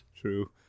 True